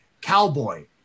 cowboy